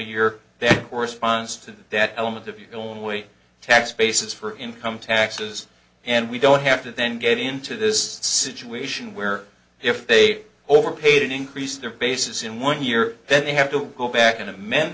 your corresponds to that element of your own way tax basis for income taxes and we don't have to then get into this situation where if they overpaid and increase their bases in one year then they have to go back